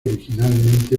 originalmente